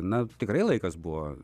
na tikrai laikas buvo